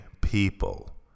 people